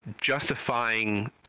justifying